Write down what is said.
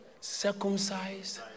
circumcised